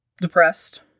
depressed